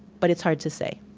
but it's hard to say.